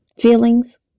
feelings